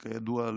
כידוע,